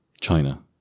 china